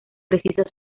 precisa